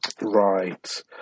right